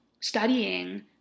studying